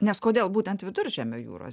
nes kodėl būtent viduržemio jūros